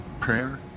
prayer